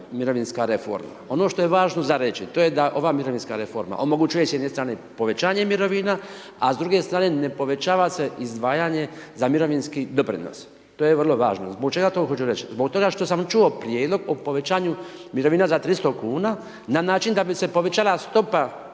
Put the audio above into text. mirovinska reforma. Ono što je važno za reći to je da ova mirovinska reforma, omogućuje s jedne strane povećanje mirovina, a s druge strane ne povećava se izdvajanje za mirovinski doprinos. To je vrlo važno. Zbog čega to hoću reći. Zbog toga što sam čuo prijedlog o povećanju mirovina za 300 kn, na način da bi se povećala stopa